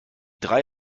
drei